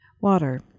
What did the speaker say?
Water